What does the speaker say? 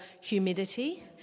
humidity